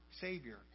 Savior